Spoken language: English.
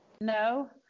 No